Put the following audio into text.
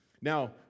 Now